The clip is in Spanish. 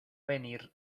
venir